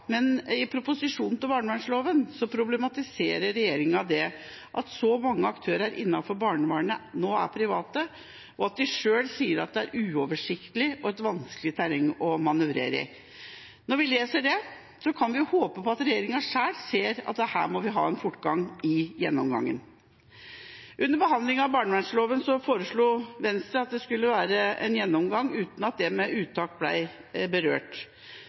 Men i proposisjonen til barnevernloven problematiserer regjeringen at så mange aktører innenfor barnevernet nå er private, og de sier selv at det er uoversiktlig og et vanskelig terreng å manøvrere i. Når vi leser dette, kan vi håpe på at regjeringen selv ser at her må vi få fortgang i gjennomgangen. Under behandlingen av barnevernloven foreslo Venstre at det skulle være en gjennomgang uten at det med uttak ble berørt.